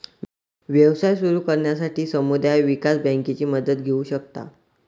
व्यवसाय सुरू करण्यासाठी समुदाय विकास बँकेची मदत घेऊ शकता